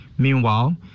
Meanwhile